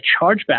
chargeback